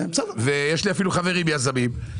ויש לי אפילו חברים יזמים,